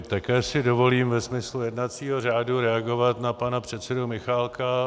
Také si dovolím ve smyslu jednacího řádu reagovat na pana předsedu Michálka.